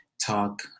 talk